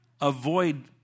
avoid